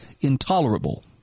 intolerable